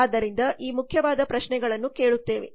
ಆದ್ದರಿಂದ ಈ ಮುಖ್ಯವಾದ ಪ್ರಶ್ನೆಗಳನ್ನು ಕೇಳುತ್ತವೆ